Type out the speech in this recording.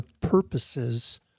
purposes—